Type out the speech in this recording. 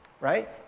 right